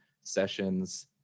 sessions